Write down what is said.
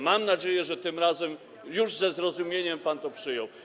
Mam nadzieję, że tym razem ze zrozumieniem pan to przyjął.